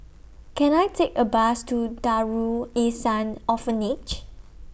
Can I Take A Bus to Darul Ihsan Orphanage